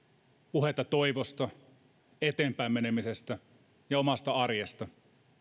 puheita toivosta eteenpäin menemisestä ja omasta arjesta